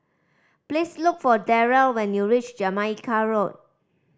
please look for Darrell when you reach Jamaica Road